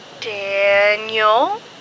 ...Daniel